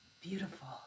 beautiful